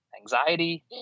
anxiety